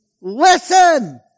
listen